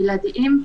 בבקשה,